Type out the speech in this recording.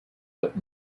but